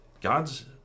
god's